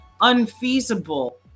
unfeasible